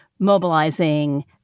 mobilizing